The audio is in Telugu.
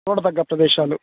చూడదగ్గ ప్రదేశాలు